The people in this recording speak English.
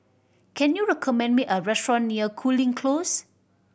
can you recommend me a restaurant near Cooling Close